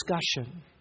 discussion